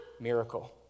miracle